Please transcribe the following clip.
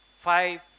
five